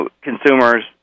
consumers